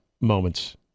moments